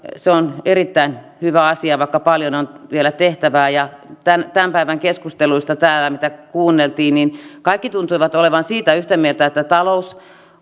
se on erittäin hyvä asia vaikka paljon on vielä tehtävää tämän tämän päivän keskusteluissa mitä kuunneltiin kaikki tuntuivat olevan siitä yhtä mieltä että talous